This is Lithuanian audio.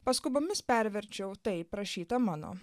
paskubomis perverčiau taip rašyta mano